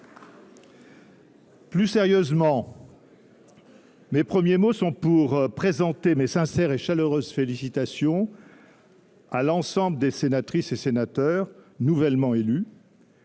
Plus sérieusement, mes premiers mots sont pour présenter mes sincères et chaleureuses félicitations à l’ensemble des sénatrices et des sénateurs nouvellement élus